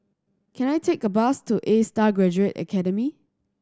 can I take a bus to Astar Graduate Academy